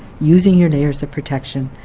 using your layers of protection,